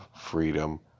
freedom